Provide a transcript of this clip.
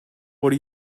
are